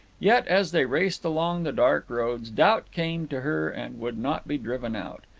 yet, as they raced along the dark roads, doubt came to her and would not be driven out.